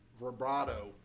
vibrato